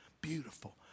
Beautiful